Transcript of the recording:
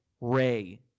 ray